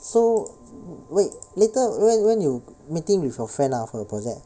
so wait later when when you meeting with your friend ah for the project